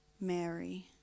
Mary